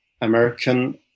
American